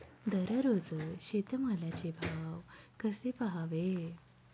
दररोज शेतमालाचे भाव कसे पहावे?